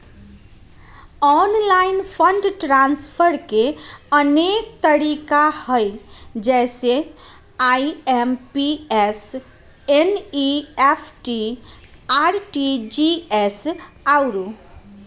online fund transfer के अनेक तरिका हइ जइसे आइ.एम.पी.एस, एन.ई.एफ.टी, आर.टी.जी.एस आउरो